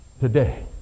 Today